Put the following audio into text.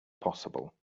possible